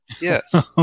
Yes